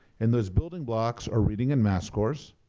and those building blocks are reading and math scores,